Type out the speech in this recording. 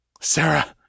Sarah